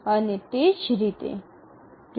અને તે જ રીતે